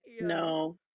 No